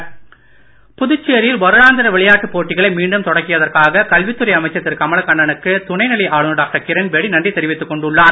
கிரண்பேடி புதுச்சேரியில் வருடாந்தர விளையாட்டுப் போட்டிகளை மீண்டும் தொடக்கியதற்காக கல்வித் துறை அமைச்சர் திரு கமலக்கண்ணனுக்கு துணை நிலை ஆளுநர் டாக்டர் கிரண்பேடி நன்றி தெரிவித்துக் கொண்டுள்ளார்